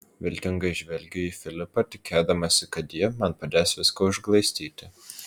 viltingai žvelgiu į filipą tikėdamasi kad ji man padės viską užglaistyti